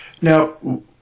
Now